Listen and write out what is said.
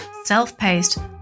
self-paced